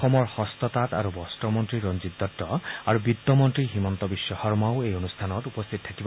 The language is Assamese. অসমৰ হস্ততাঁত আৰু বস্ত্ৰ মন্ত্ৰী ৰঞ্জিত দত্ত আৰু বিত্ত মন্ত্ৰী হিমন্ত বিশ্ব শৰ্মাও এই অনুষ্ঠানত উপস্থিত থাকিব